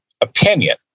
opinion